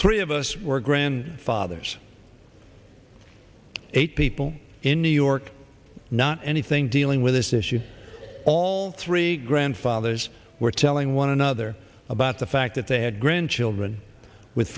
three of us were grandfathers eight people in new york not anything dealing with this issue all three grandfathers were telling one another about the fact that they had grandchildren with